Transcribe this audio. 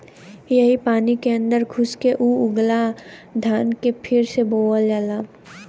यही पानी क अन्दर घुस के ऊ उगला धान के फिर से बोअल जाला